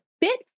bit